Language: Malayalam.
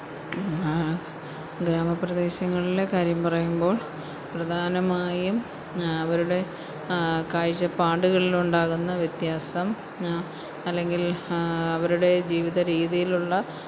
ഗ്രാമപ്രദേശങ്ങളിലെ കാര്യം പറയുമ്പോള് പ്രധാനമായും അവരുടെ കാഴ്ചപ്പാടുകളിലുണ്ടാകുന്ന വ്യത്യാസം അല്ലെങ്കില് അവരുടെ ജീവിത രീതിയിലുള്ള